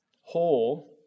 hole